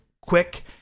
quick